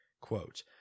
quote